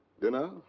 dinner.